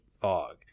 fog